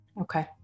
Okay